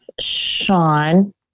Sean